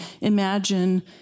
imagine